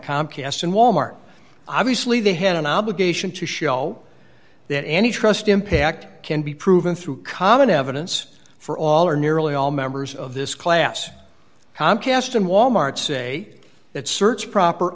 comcast and wal mart obviously they had an obligation to show that any trust impact can be proven through common evidence for all or nearly all members of this class comcast and wal mart say that search proper